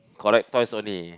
collect toys only